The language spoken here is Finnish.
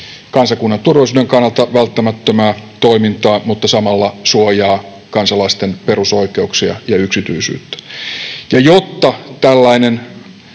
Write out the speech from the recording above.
kansakunnan turvallisuuden kannalta välttämätöntä toimintaa mutta samalla suojaa kansalaisten perusoikeuksia ja yksityisyyttä. Ja jotta tällainen